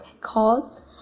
called